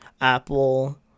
Apple